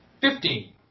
fifteen